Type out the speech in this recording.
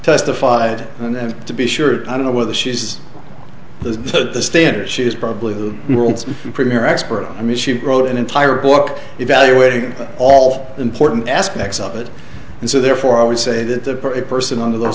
testified and i have to be sure i don't know whether she's the standard she is probably the world's premier expert and she wrote an entire book evaluating all important aspects of it and so therefore i would say that the person under th